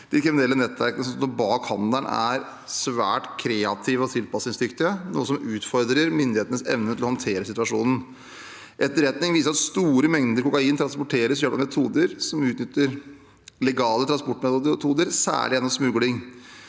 De kriminelle nettverkene som står bak handelen, er svært kreative og tilpasningsdyktige, noe som utfordrer myndighetenes evne til å håndtere situasjonen. Etterretning viser at store mengder kokain transporteres ved hjelp av metoder som utnytter legale transportmetoder, særlig gjennom smugling